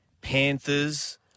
Panthers